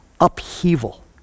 upheaval